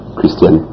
Christian